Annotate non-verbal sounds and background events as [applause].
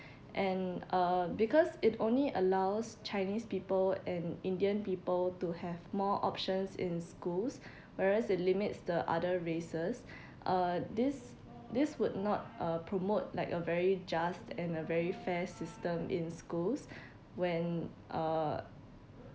and uh because it only allows chinese people and indian people to have more options in schools [breath] whereas it limits the other races [breath] uh this this would not uh promote like a very just and a very fair system in schools [breath] when uh